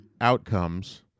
outcomes